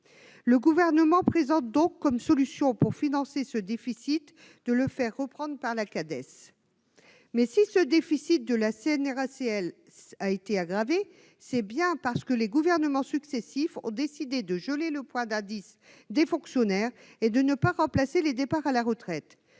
le Gouvernement pour financer ce déficit est donc de le faire reprendre par la Cades. Mais si le déficit de la CNRACL a été aggravé, c'est bien parce que les gouvernements successifs ont décidé de geler le point d'indice des fonctionnaires et de ne pas remplacer les départs à la retraite.